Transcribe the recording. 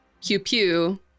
Q-Pew